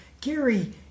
Gary